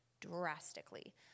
drastically